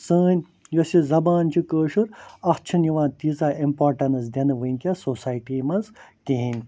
سٲنۍ یۅس یہِ زَبان چھِ کٲشُر اَتھ چھَ نہٕ یِوان تۭژاہ اِمپارٹنس دِنہٕ وُنکٮ۪س سوسایٹی مَنٛز کِہیٖنٛۍ